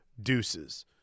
Deuces